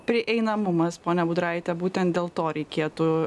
prieinamumas ponia budraite būtent dėl to reikėtų